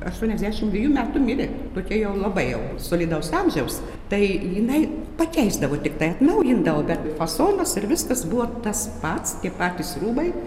aštuoniasdešim dviejų metų mirė tokia jau labai jau solidaus amžiaus tai jinai pakeisdavo tiktai atnaujindavo bet fasonas ir viskas buvo tas pats tie patys rūbai